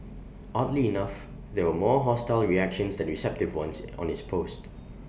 oddly enough there were more hostile reactions than receptive ones on this post